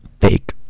fake